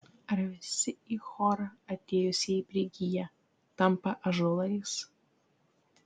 ar visi į chorą atėjusieji prigyja tampa ąžuolais